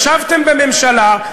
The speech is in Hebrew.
ישבתם בממשלה,